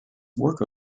work